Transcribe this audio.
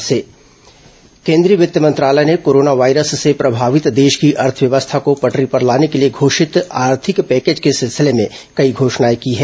वित्तमंत्री केंद्रीय वित्त मंत्रालय ने कोरोना वायरस से प्रभावित देश की अर्थव्यवस्था को पटरी पर लाने के लिए घोषित आर्थिक पैकेज के सिलसिले में कई घोषणाए की हैं